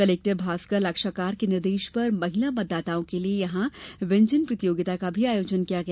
collector Bhaskar Lakshakar के निर्देश पर महिला मतदाताओं के लिये यहां व्यंजन प्रतियोगिता का भी आयोजन किया गया